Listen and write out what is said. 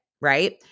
Right